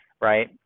right